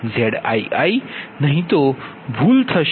Zii નહીં તો ભૂલ થશે